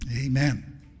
Amen